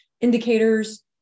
indicators